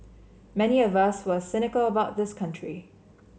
many of us who are cynical about this country